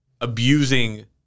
abusing